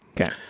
okay